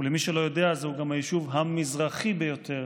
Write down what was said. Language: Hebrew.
ולמי שלא יודע, זהו גם היישוב המזרחי ביותר